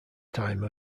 time